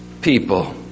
people